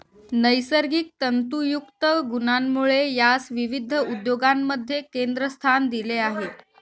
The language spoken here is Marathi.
नैसर्गिक तंतुयुक्त गुणांमुळे यास विविध उद्योगांमध्ये केंद्रस्थान दिले आहे